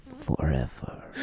forever